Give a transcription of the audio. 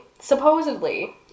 supposedly